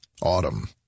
Autumn